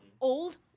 old